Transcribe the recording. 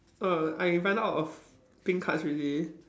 err I run out of pink cards already